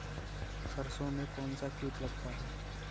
सरसों में कौनसा कीट लगता है?